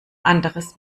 anderes